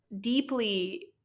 deeply